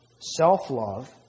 self-love